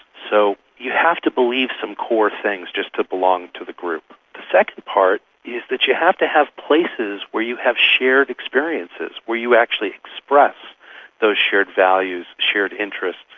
so you have to believe some core things just to belong to the group. the second part is that you have to have places where you have shared experiences, where you actually express those shared values, shared interests,